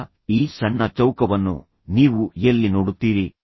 ಈಗ ಈ ಸಣ್ಣ ಚೌಕವನ್ನು ನೀವು ಎಲ್ಲಿ ನೋಡುತ್ತೀರಿ